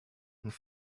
and